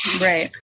Right